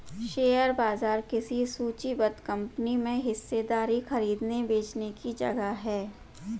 share बाजार किसी सूचीबद्ध कंपनी में हिस्सेदारी खरीदने बेचने की जगह है